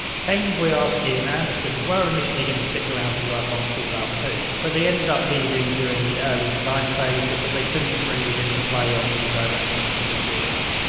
cain, boyarsky, and anderson, were initially going to stick around to work on fallout two, but they ended up leaving during the early design phase because they couldn't agree with interplay on the direction for the series.